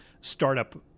startup